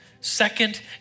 second